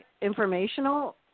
informational